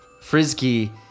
frisky